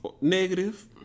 negative